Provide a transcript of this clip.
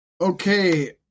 Okay